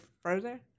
further